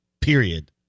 period